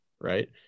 right